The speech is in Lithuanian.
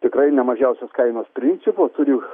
tikrai ne mažiausios kainos principu turi